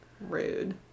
rude